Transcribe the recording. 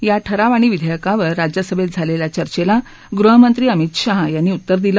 या ठराव आणि विधेयकावर राज्यसभेत झालेल्या चर्चेला गृहमंत्री अमित शहा यांनी उत्तर दिलं